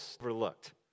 overlooked